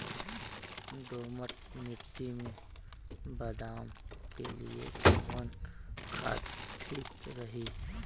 दोमट मिट्टी मे बादाम के लिए कवन खाद ठीक रही?